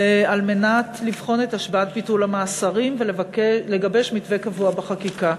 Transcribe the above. כדי לבחון את השפעת ביטול המאסרים ולגבש מתווה קבוע בחקיקה.